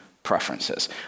Preferences